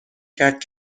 کرد